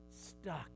stuck